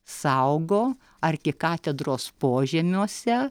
saugo arkikatedros požemiuose